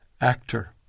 actor